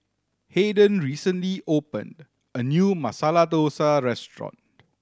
Hayden recently opened a new Masala Dosa Restaurant